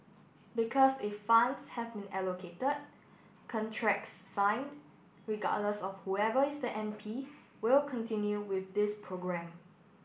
because if funds have been allocated contracts signed regardless of whoever is the M P will continue with this programme